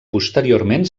posteriorment